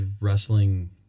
wrestling